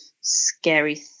scary